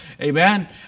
Amen